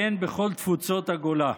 והן בכל תפוצות הגולה.